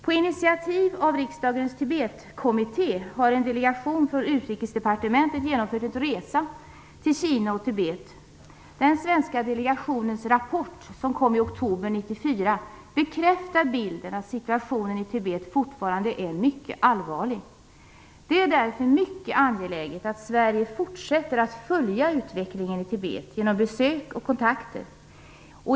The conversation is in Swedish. På initiativ av riksdagens Tibetkommitté har en delegation från Utrikesdepartementet genomfört en resa till Kina och Tibet. Den svenska delegationens rapport, som framlades i oktober 1994, bekräftar bilden att situationen i Tibet fortfarande är mycket allvarlig. Det är därför mycket angeläget att Sverige fortsätter att följa utvecklingen i Tibet genom besök och kontakter.